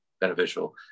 beneficial